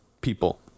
people